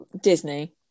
Disney